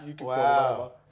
Wow